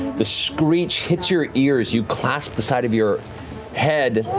the screech hits your ears, you clasp the side of your head,